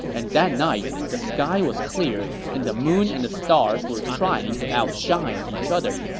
and that night, the sky was clear, and the moon and the stars were trying to outshine each other,